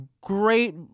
great